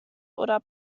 oder